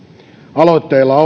aloitteella